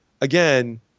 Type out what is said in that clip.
again